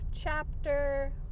chapter